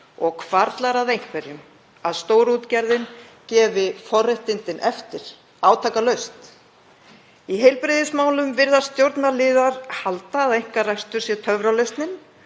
Og hvarflar að einhverjum að stórútgerðin gefi forréttindin eftir átakalaust? Í heilbrigðismálum virðast stjórnarliðar halda að einkarekstur sé töfralausnin.